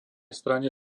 strane